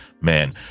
man